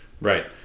Right